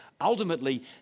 Ultimately